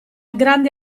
grande